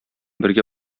бергә